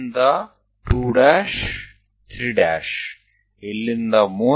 D થી 23 ત્રીજી લીટી સુધી